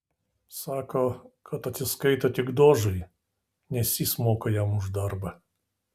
sako kad atsiskaito tik dožui nes jis moka jam už darbą